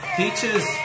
teachers